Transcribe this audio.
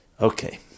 Okay